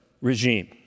Regime